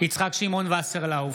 יצחק שמעון וסרלאוף,